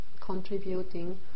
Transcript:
contributing